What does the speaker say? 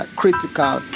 critical